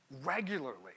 regularly